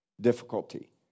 difficulty